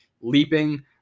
leaping